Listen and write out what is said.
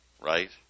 right